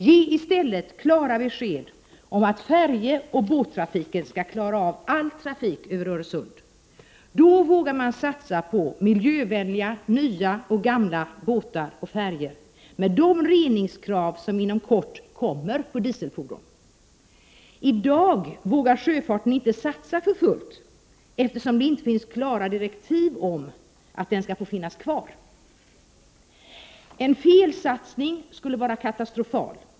Ge i stället klara besked om att färjeoch båttrafiken skall klara av all trafik över Öresund! Då vågar man satsa på miljövänliga, nya och gamla båtar och färjor, med de reningskrav när det gäller dieselfordon som inom kort kommer. I dag vågar sjöfarten inte satsa för fullt, eftersom det inte finns klara direktiv om att den skall få finnas kvar. En felsatsning skulle vara katastrofal.